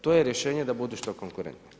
To je rješenje da budu što konkurentniji.